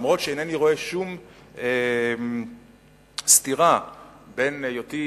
אף-על-פי שאינני רואה שום סתירה בין היותי